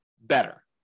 better